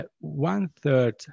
one-third